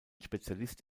spezialist